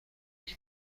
oui